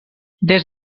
des